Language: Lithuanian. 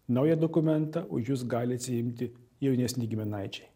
naują dokumentą už jus gali atsiimti jaunesni giminaičiai